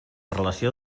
relació